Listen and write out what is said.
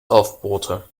aufbohrte